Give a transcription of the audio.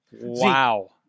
wow